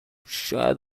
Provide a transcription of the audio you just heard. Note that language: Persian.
شاید